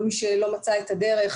כל מי שלא מצא את ה דרך,